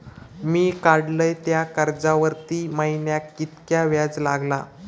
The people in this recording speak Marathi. मी काडलय त्या कर्जावरती महिन्याक कीतक्या व्याज लागला?